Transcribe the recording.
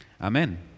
Amen